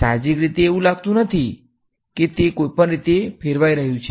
સાહજિક રીતે એવું લાગતું નથી કે તે કોઈપણ રીતે ફેરવાઈ રહ્યું છે